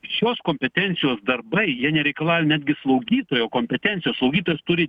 šios kompetencijos darbai jie nereikalauja netgi slaugytojo kompetencijos slaugytojas turi